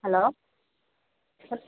hello சொல்லுங்கள்